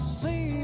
see